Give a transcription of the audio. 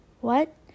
What